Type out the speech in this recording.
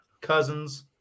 Cousins